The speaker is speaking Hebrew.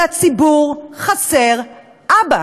לציבור חסר אבא.